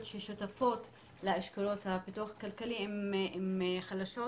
ששותפות לאשכולות הפיתוח הכלכלי הן חלשות